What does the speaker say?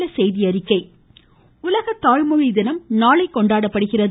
உலக தாய்மொழி தினம் உலக தாய்மொழி தினம் நாளை கொண்டாடப்படுகிறது